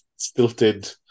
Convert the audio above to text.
stilted